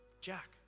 Jack